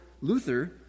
Luther